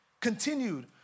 continued